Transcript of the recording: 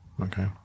Okay